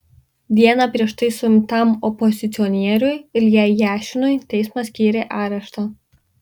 dieną prieš tai suimtam opozicionieriui iljai jašinui teismas skyrė areštą